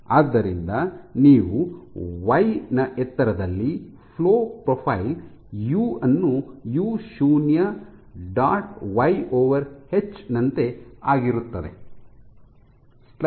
ಆದ್ದರಿಂದ ನೀವು ವೈ ನ ಎತ್ತರದಲ್ಲಿ ಫ್ಲೋ ಪ್ರೊಫೈಲ್ ಯು ಅನ್ನು ಯು0 y H u0 y H ನಂತೆ ಆಗಿರುತ್ತದೆ